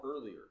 earlier